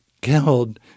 killed